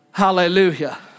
hallelujah